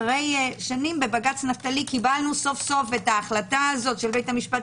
אחרי שנים בבג"ץ נפתלי קיבלנו סוף סוף את ההחלטה הזו של בית המשפט